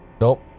Nope